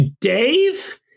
Dave